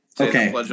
okay